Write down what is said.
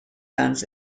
guns